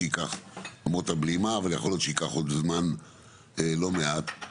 למרות הבלימה יכול להיות שייקח עוד זמן לא מעט,